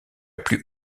plus